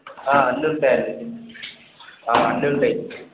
అన్ని ఉంటాయండి అన్ని ఉంటాయి